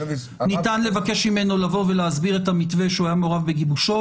ניתן לבקש ממנו לבוא ולהסביר את המתווה שהוא היה מעורב בגיבושו.